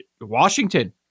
washington